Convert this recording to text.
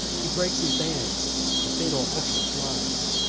he breaks his bands, the fatal altar flies,